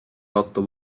otto